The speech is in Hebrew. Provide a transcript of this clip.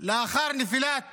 לאחר נפילת